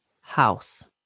house